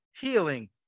healing